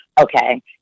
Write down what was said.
okay